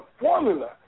formula